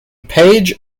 page